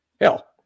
Hell